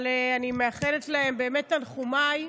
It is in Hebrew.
אבל אני מאחלת להם: תנחומיי.